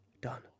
done